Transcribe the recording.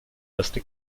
erste